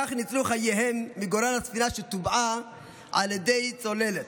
כך ניצלו חייהם מגורל הספינה שטובעה על ידי צוללת.